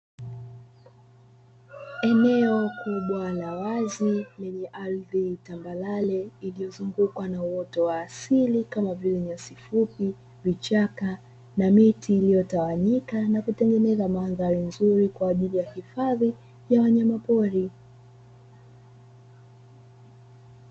Eneo kubwa la wazi lenye ardhi tambalale, lililozungukwa na uoto wa asili kama vile nyasi fupi, vichaka na miti iliyotawanyika na kutengeneza madhari nzuri kwa ajili ya hifadhi ya wanyama pori.